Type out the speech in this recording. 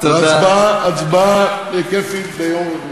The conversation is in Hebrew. הצבעה כיפית ביום רביעי.